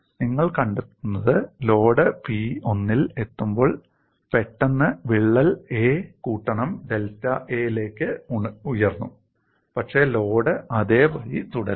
നിങ്ങൾ കണ്ടെത്തുന്നത് load P1 എത്തുമ്പോൾ പെട്ടെന്ന് വിള്ളൽ 'a കൂട്ടണം ഡെൽറ്റ a' ലേക്ക് ഉയർന്നു പക്ഷേ ലോഡ് അതേപടി തുടരുന്നു